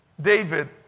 David